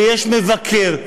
ויש מבקר,